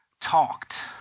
talked